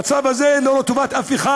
המצב הזה הוא לא לטובת אף אחד.